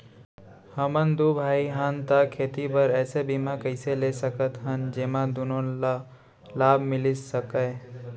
हमन दू भाई हन ता खेती बर ऐसे बीमा कइसे ले सकत हन जेमा दूनो ला लाभ मिलिस सकए?